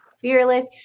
fearless